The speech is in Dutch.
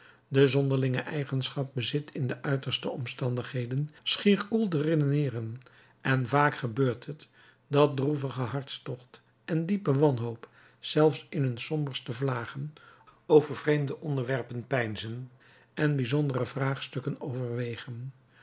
verbonden de zonderlinge eigenschap bezit in de uiterste omstandigheden schier koel te redeneeren en vaak gebeurt het dat droevige hartstocht en diepe wanhoop zelfs in hun somberste vlagen over vreemde onderwerpen peinzen en bijzondere vraagstukken overwegen